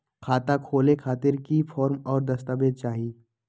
खाता खोले खातिर की की फॉर्म और दस्तावेज चाही?